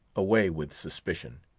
away with suspicion.